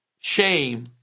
shame